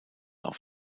auf